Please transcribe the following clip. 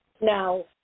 Now